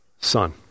Son